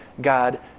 God